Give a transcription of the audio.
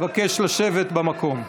אני מבקש לשבת במקום.